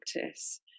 practice